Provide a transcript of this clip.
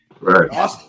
Right